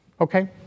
Okay